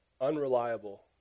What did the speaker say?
unreliable